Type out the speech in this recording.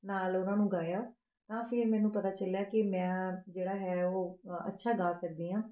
ਨਾਲ ਉਹਨਾਂ ਨੂੰ ਗਾਇਆ ਤਾਂ ਫਿਰ ਮੈਨੂੰ ਪਤਾ ਚੱਲਿਆ ਕਿ ਮੈਂ ਜਿਹੜਾ ਹੈ ਉਹ ਅੱਛਾ ਗਾ ਸਕਦੀ ਹਾਂ